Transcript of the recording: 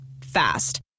Fast